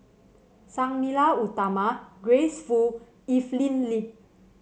Sang Nila Utama Grace Fu Evelyn Lip